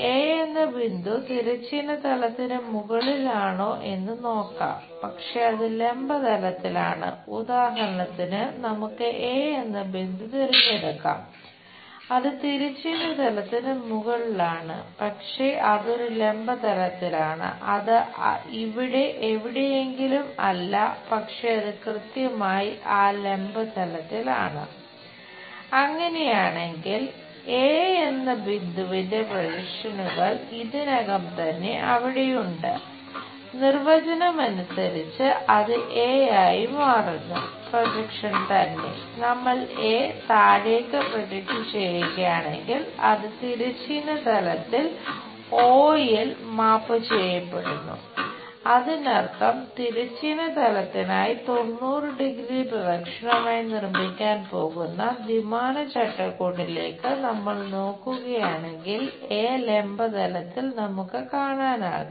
A എന്ന ബിന്ദു തിരഞ്ഞെടുക്കാം അത് തിരശ്ചീന തലത്തിന് മുകളിലാണ് പക്ഷേ അത് ഒരു ലംബ തലത്തിലാണ് അത് ഇവിടെ എവിടെയെങ്കിലും അല്ല പക്ഷേ അത് കൃത്യമായി ആ ലംബ തലത്തിലാണ് അങ്ങനെയാണെങ്കിൽ എ ലംബ തലത്തിൽ നമുക്ക് കാണാനാകും